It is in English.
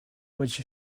which